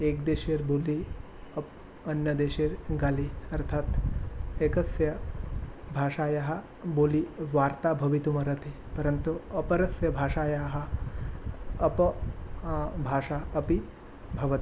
एक्देशेर्बोलि अप् अन्यदेशेर्गालि अर्थात् एकस्य भाषायाः बोलि वार्ता भवितुम् अर्हति परन्तु अपरस्य भाषायाः अप भाषा अपि भवति